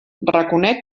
reconec